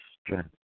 strength